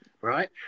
right